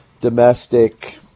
domestic